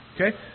okay